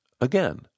again